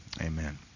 Amen